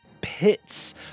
pits